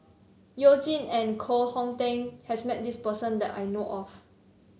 You Jin and Koh Hong Teng has met this person that I know of